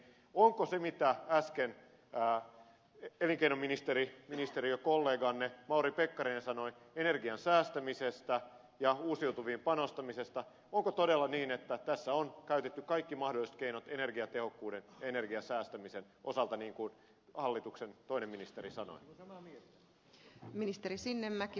onko todella niin että siinä mitä äsken elinkeinoministeri ministerikolleganne mauri pekkarinen sanoi energian säästämisestä ja uusiutuviin panostamisesta onko todella niin että tässä on käytetty kaikki mahdolliset keinot energiatehokkuuden ja energian säästämisen osalta niin kuin hallituksen toinen ministeri sanoi